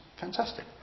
Fantastic